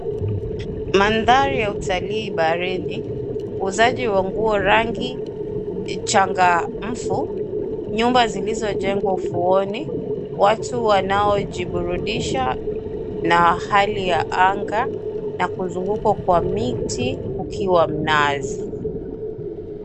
Maandhari ya utalii baharini, uuzaji wa nguo rangi changamfu, Nyumba zilizojengwa ufuoni, watu wanaojiburudisha na hali ya anga na kuzungukwa kwa miti ukiwa mnazi.